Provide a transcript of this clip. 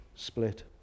Split